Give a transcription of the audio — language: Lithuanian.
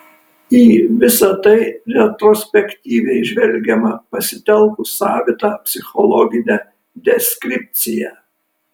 į visa tai retrospektyviai žvelgiama pasitelkus savitą psichologinę deskripciją